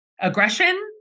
aggression